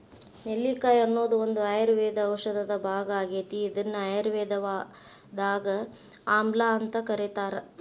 ನೆಲ್ಲಿಕಾಯಿ ಅನ್ನೋದು ಒಂದು ಆಯುರ್ವೇದ ಔಷಧದ ಭಾಗ ಆಗೇತಿ, ಇದನ್ನ ಆಯುರ್ವೇದದಾಗ ಆಮ್ಲಾಅಂತ ಕರೇತಾರ